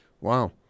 Wow